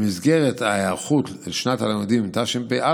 במסגרת ההיערכות לשנת הלימודים תשפ"א,